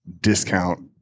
discount